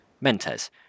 Mentes